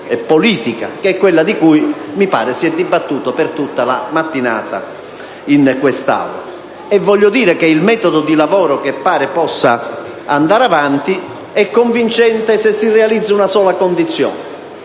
quella di cui mi pare si sia dibattuto per tutta la mattinata in quest'Aula. Voglio dire che il metodo di lavoro che pare possa andare avanti è convincente, se si realizza una sola condizione: